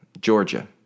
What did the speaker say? Georgia